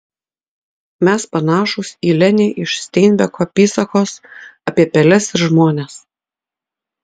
mes panašūs į lenį iš steinbeko apysakos apie peles ir žmones